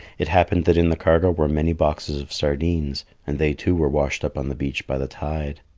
it happened that in the cargo were many boxes of sardines, and they too were washed up on the beach by the tide.